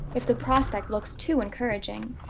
if the prospect looks too encouraging.